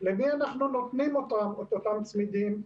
למי אנחנו נותנים את אותם צמידים,